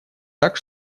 так